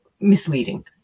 misleading